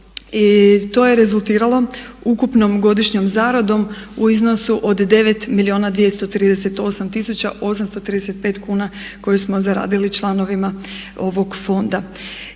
to je rezultiralo ukupnom godišnjom zaradom u iznosu od 9 milijuna 238 tisuća 835 kuna koje smo zaradili članovima ovog fonda.